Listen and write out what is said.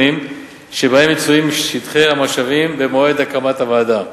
שבהם מצויים שטחי המשאבים במועד הקמת הוועדה,